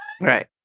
right